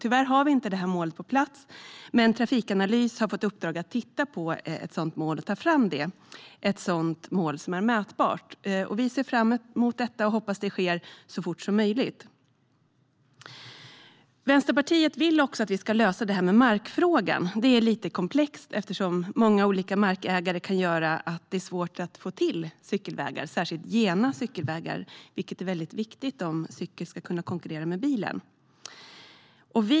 Tyvärr finns inte detta mål på plats, men Trafikanalys har fått i uppdrag att titta på ett sådant mål och att ta fram ett mål som är mätbart. Vi ser fram emot detta och hoppas att det sker så fort som möjligt. Vänsterpartiet vill också att vi ska lösa markfrågan. Denna fråga är komplex, eftersom många olika markägare kan göra att det är svårt att få till cykelvägar. Det är särskilt svårt att få till gena cykelvägar, vilket är viktigt om cykeln ska kunna konkurrera med bilen.